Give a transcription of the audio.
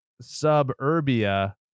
Suburbia